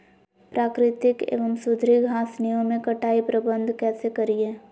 प्राकृतिक एवं सुधरी घासनियों में कटाई प्रबन्ध कैसे करीये?